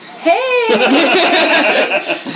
Hey